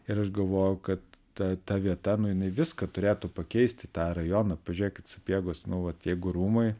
ir aš galvoju kad ta ta vieta nu jinai viską turėtų pakeisti tą rajoną pažiūrėkit sapiegos nu vat jeigu rūmai